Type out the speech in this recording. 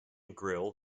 grill